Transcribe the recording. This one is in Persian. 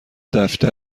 دفتر